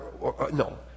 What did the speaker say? no